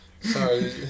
Sorry